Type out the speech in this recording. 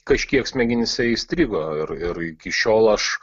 kažkiek smegenyse įstrigo ir ir iki šiol aš